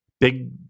big